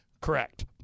Correct